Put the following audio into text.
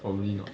probably not